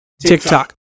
TikTok